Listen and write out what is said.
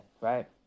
right